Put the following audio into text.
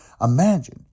Imagine